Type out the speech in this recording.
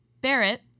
Barrett